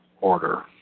order